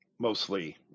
mostly